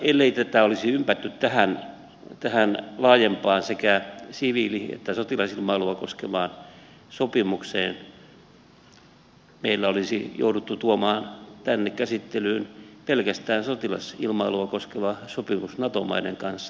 ellei tätä olisi ympätty tähän laajempaan sekä siviili että sotilasilmailua koskevaan sopimukseen meillä olisi jouduttu tuomaan tänne käsittelyyn pelkästään sotilasilmailua koskeva sopimus nato maiden kanssa